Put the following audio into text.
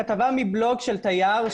כתבה מבלוג של תייר,